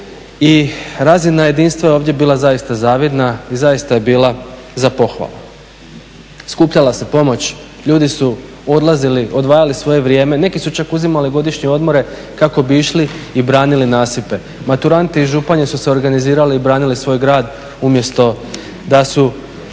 i razina jedinstva je ovdje bila zaista zavidna i zaista je bila za pohvalu. Skuplja se pomoć, ljudi su odlazili, odvajali svoje vrijeme, neki su čak uzimali godišnje odmore kako bi išli i branili nasipe, maturanti iz Županje su se organizirali i branili svoj grad umjesto da su